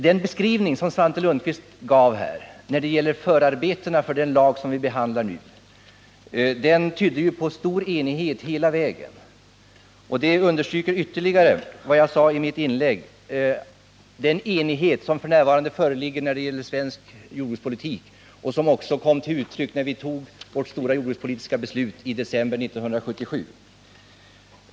Den beskrivning som Svante Lundkvist gav när det gäller förarbeten för den lag som vi nu behandlar tyder ju på stor enighet hela vägen. Det understryker ytterligare vad jag sade i mitt första inlägg om den enighet som f. n. föreligger om svensk jordbrukspolitik och som också kom till uttryck när vi fattade vårt stora jordbrukspolitiska beslut i december 1977.